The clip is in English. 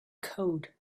code